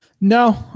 No